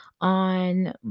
on